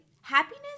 Happiness